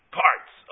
parts